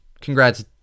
congrats